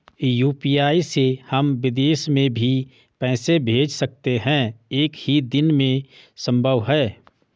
UPI से हम विदेश में भी पैसे भेज सकते हैं एक ही दिन में संभव है?